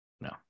no